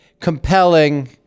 compelling